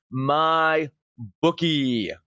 mybookie